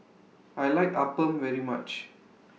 I like Appam very much